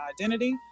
identity